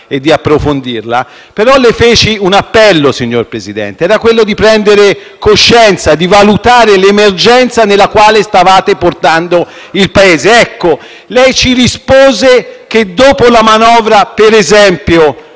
e di approfondirla - le rivolsi un appello, signor Presidente: quello di prendere coscienza e di valutare l'emergenza nella quale stavate portando il Paese. Ecco, lei ci rispose che dopo la manovra, per esempio,